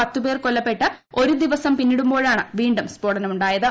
പത്തുപേർ കൊല്ലപ്പെട്ട്ഒരു ദിവസം പിന്നിടുമ്പോഴാണ് വീണ്ടും സ്ഫോടനമുണ്ട്ടുയത്